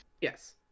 Yes